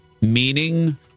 Meaning